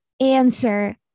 Answer